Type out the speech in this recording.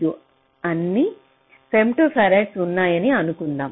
5 అన్నీ ఫెమ్టోఫారడ్స్ ఉన్నాయని అనుకుందాం